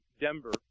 Denver